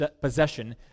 possession